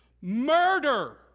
Murder